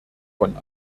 von